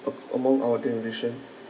uh among our generation